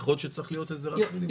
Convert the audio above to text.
יכול להיות שצריך להיות לזה רף מינימום.